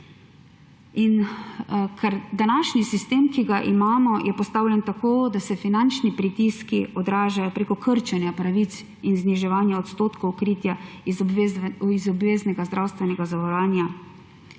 smer. Današnji sistem, ki ga imamo, je postavljen tako, da se finančni pritiski odražajo preko krčenja pravic in zniževanja odstotkov kritja iz obveznega zdravstvenega zavarovanja.